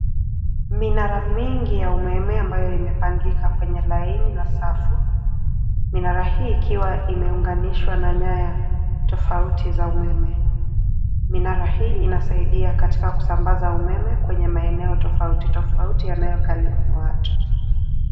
Minara mingi ya umeme ambayo imepangika kwenye laini na safu. Minara hii ikiwa imeunganishwa na nyaya tofauti za umeme. Minara hii inasaida kusambaza umeme kwenye maeneo tofauti tofauti yanayokaliwa na watu.